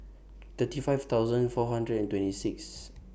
thirty five thousand four hundred and twenty six